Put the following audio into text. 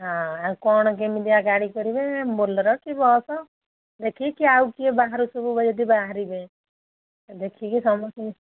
ହଁ ଆଉ କ'ଣ କେମିତିଆ ଗାଡ଼ି କରିବେ ବୋଲେରୋ କି ବସ୍ ଦେଖିକି ଆଉ କିଏ ବାହାର ସବୁ ଯଦି ବାହାରିବେ ଦେଖିକି ସମସ୍ତେ